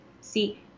See